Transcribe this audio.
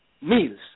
meals